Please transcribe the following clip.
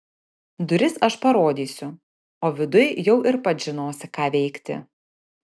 duris aš parodysiu o viduj jau ir pats žinosi ką veikti